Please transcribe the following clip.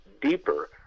deeper